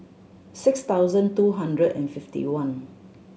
six thousand two hundred and fifty one